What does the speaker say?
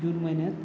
जून महिन्यात